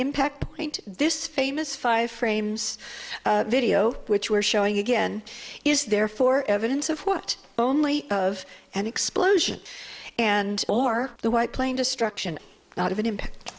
impact point this famous five frames video which we're showing again is there for evidence of what only of an explosion and or the white plane destruction of an impact